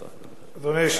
אדוני היושב-ראש,